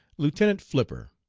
lieutenant flipper.